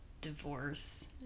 divorce